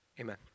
Amen